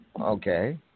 Okay